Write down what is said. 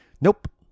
Nope